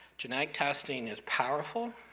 genetic testing is powerful,